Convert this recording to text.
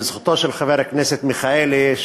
לזכותו של חבר הכנסת מיכאלי,